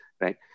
right